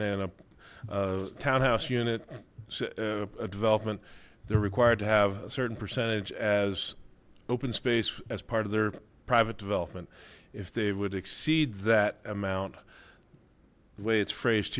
and a townhouse unit development they're required to have a certain percentage as open space as part of their private development if they would exceed that amount the way it's phrased